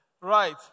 Right